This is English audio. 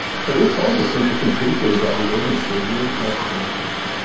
so we scientists need to think deeply about the audience we are really trying to connect with.